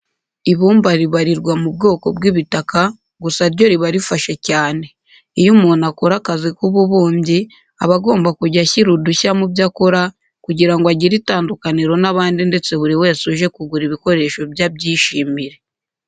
Ibumba ribarirwa mu bwoko bw'ibitaka gusa ryo riba rifashe cyane. Iyo umuntu akora akazi k'ububumbyi aba agomba kujya ashyira udushya mu byo akora kugira ngo agire itandukaniro n'abandi ndetse buri wese uje kugura ibikoresho bye abyishimire.